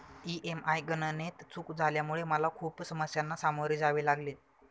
EMI गणनेत चूक झाल्यामुळे मला खूप समस्यांना सामोरे जावे लागले